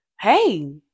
hey